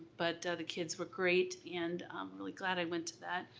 but the kids were great and i'm really glad i went to that.